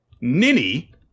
Ninny